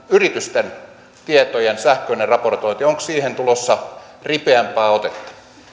yritysten tietojen sähköiseen raportointiin tulossa ripeämpää otetta